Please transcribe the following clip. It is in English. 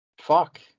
fuck